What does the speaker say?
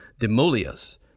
Demolius